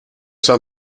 staat